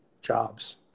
jobs